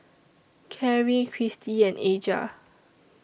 Karri Cristy and Aja